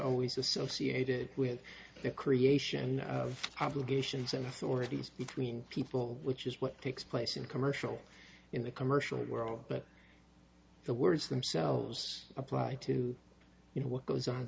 always associated with the creation of obligations and authorities between people which is what takes place in commercial in the commercial world but the words themselves apply to you know what goes on